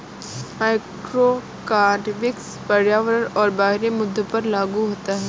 macroeconomics पर्यावरण और बाहरी मुद्दों पर लागू होता है